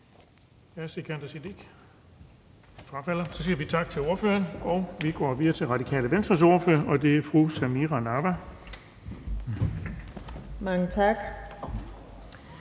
tak til ordføreren og går videre til Radikale Venstres ordfører, og det er fru Samira Nawa. Kl.